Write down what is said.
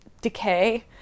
decay